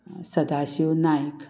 Sadashiv Naik